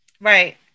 Right